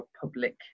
public